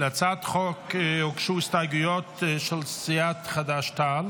להצעת החוק הוגשו הסתייגויות של קבוצת סיעת חד"ש-תע"ל